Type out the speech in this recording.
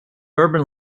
urban